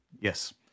Yes